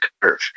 curve